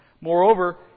Moreover